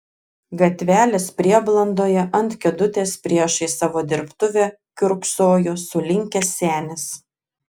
gatvelės prieblandoje ant kėdutės priešais savo dirbtuvę kiurksojo sulinkęs senis